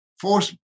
Force